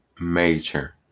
major